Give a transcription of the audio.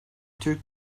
türk